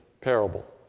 parable